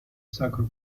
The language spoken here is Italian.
sacro